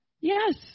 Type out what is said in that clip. Yes